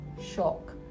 shock